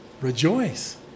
rejoice